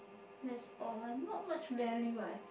that's all not much value life